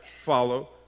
follow